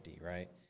right